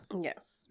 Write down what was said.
Yes